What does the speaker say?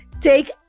take